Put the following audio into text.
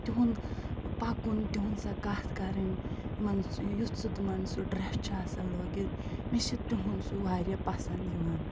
تِہُنٛد پَکُن تِہُنٛد سۄ کَتھ کَرٕنۍ یِمَن یُتھ سُہ تِمَن سُہ ڈرٮ۪س چھُ آسان لٲگِتھ مےٚ چھُ تِہُنٛد سُہ واریاہ پسنٛد یِوان